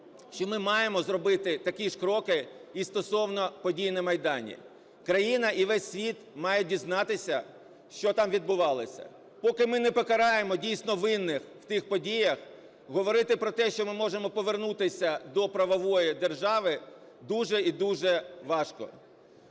що ми маємо зробити такі ж кроки і стосовно подій на Майдані. Країна і весь світ мають дізнатися, що там відбувалося. Поки ми не покараємо, дійсно, винних в тих подіях, говорити про те, що ми можемо повернутися до правової держави, дуже і дуже важко.